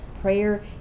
prayer